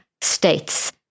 states